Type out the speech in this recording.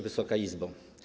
Wysoka Izbo!